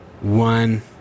one